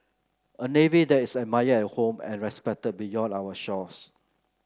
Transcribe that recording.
a navy that is admired at home and respected beyond our shores